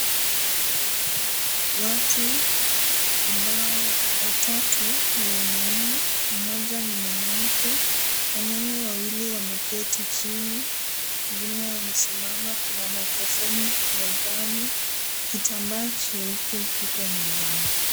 Watu ambao watatu ni wanaume moja ni mwanamke wanaume wawili wameketi chini wengine wamesimama kuna microfoni mezani kitamba jeupe kipo mezani.